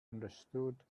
understood